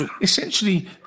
Essentially